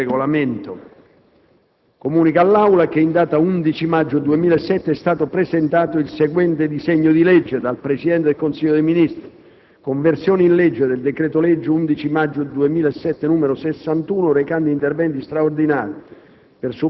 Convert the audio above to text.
finestra"). Comunico all'Assemblea che in data 11 maggio 2007 è stato presentato il seguente disegno di legge: *dal Presidente del Consiglio dei ministri:* «Conversione in legge del decreto-legge 11 maggio 2007, n. 61, recante interventi straordinari